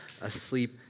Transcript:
asleep